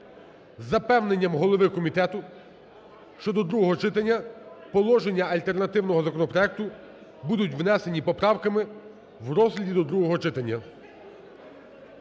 з запевненням голови комітету, що до другого читання положення альтернативного законопроекту будуть внесені поправками в розгляді до другого читання.